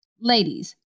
Ladies